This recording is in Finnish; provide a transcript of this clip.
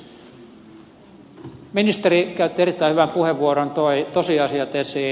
ministeri käytti erittäin hyvän puheenvuoron toi tosiasiat esiin